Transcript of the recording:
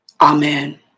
Amen